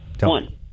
One